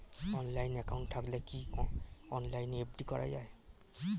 Online account থাকলে কি অনলাইনে এফ.ডি করা যায়?